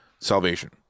salvation